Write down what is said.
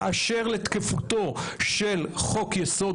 באשר לתקפותו של חוק יסוד,